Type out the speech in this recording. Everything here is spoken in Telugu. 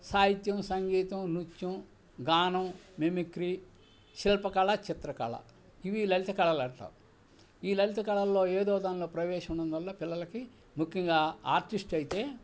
సాహిత్యం సంగీతం నుత్యం గానం మిమిక్రీ శిల్పకళ చిత్రకళ ఇవి లలిత కళలుంటారు ఈ లలిత కళల్లో ఏదో దానిలో ప్రవేశం ఉన్నందువల్ల పిల్లలకి ముఖ్యంగా ఆర్టిస్ట్ అయితే